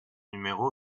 numéro